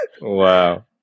Wow